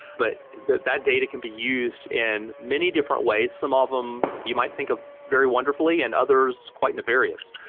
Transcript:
but that that data can be used in many different ways. some of them you might think of very wonderfully, and others quite nefarious.